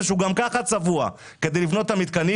הזה שהוא גם ככה צבוע כדי לבנות את המתקנים,